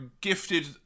gifted